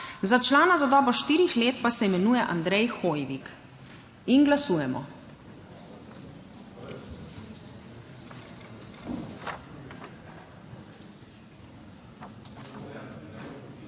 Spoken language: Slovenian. za člana za dobo štirih let pa se imenuje Andrej Hoivik. Glasujemo.